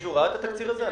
מישהו ראה את התקציב הזה?